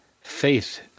Faith